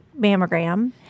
mammogram